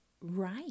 right